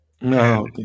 no